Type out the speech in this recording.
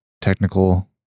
technical